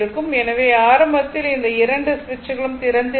எனவே ஆரம்பத்தில் இந்த இரண்டு சுவிட்ச்களும் திறந்திருந்தது